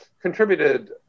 contributed